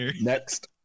Next